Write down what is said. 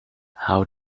how